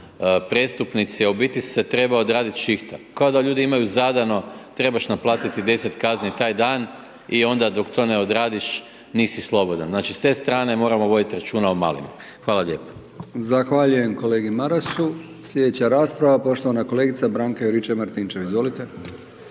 prestupnici a u biti se treba odraditi šihta. Kao da ljudi imaju zadano trebaš naplatiti 210 kazni taj dan i onda dok to ne odradiš nisi slobodan. Znači s te strane moramo voditi računa o .../Govornik se ne razumije./.... Hvala lijepo. **Brkić, Milijan (HDZ)** Zahvaljujem kolegi Marasu. Sljedeća rasprava poštovana kolegica Branka Juričev Martinčev. Izvolite.